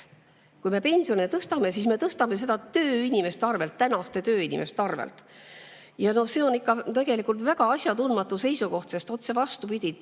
kui me pensione tõstame, siis me tõstame seda tööinimeste arvel, tänaste tööinimeste arvel. See on ikka väga asjatundmatu seisukoht. Otse vastupidi: